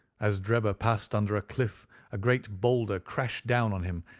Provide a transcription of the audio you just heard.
as drebber passed under a cliff a great boulder crashed down on him,